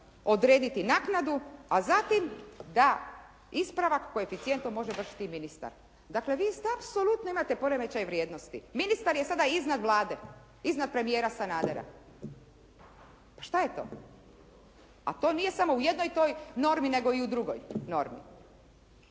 odrediti naknadu a zatim da ispravak koeficijenta može vršiti i ministar. Dakle, vi apsolutno imate poremećaj vrijednosti, ministar je sada iznad Vlade, iznad premijera Sanadera, pa šta je to? A to nije samo u jednoj toj normi nego i u drugoj.